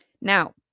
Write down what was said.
Now